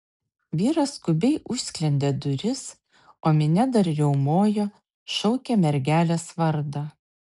vyras skubiai užsklendė duris o minia dar riaumojo šaukė mergelės vardą